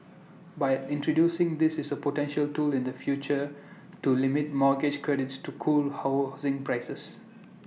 but introducing this is A potential tool in the future to limit mortgage credits to cool housing prices